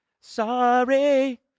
Sorry